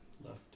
Left